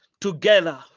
together